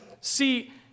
see